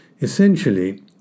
Essentially